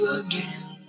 again